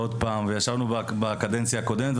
וישבנו בקדנציה הקודמת,